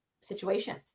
situation